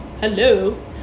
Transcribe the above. Hello